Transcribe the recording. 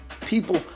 People